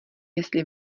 jestli